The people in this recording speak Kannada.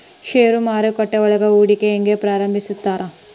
ಷೇರು ಮಾರುಕಟ್ಟೆಯೊಳಗ ಹೂಡಿಕೆನ ಹೆಂಗ ಪ್ರಾರಂಭಿಸ್ತಾರ